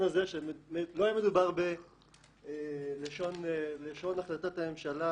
הזה שלא היה מדובר בלשון החלטת הממשלה